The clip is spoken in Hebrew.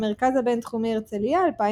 המרכז הבינתחומי הרצליה 2019.